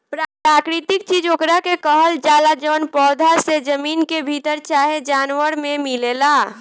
प्राकृतिक चीज ओकरा के कहल जाला जवन पौधा से, जमीन के भीतर चाहे जानवर मे मिलेला